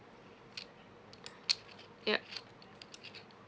yup